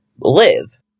live